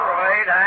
right